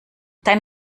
dein